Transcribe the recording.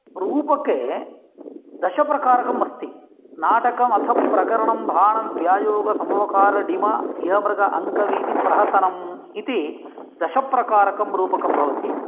रूपके दशप्रकारकम् अस्ति नाटकमथ प्रकरणं भाणव्यायोगसमवकारडिम ईहामृग अङ्क वीती प्रहसनम् इति दशप्रकारकं रूपकं भवति